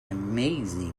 amazing